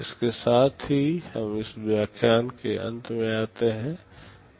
इसके साथ ही हम इस व्याख्यान के अंत में आते हैं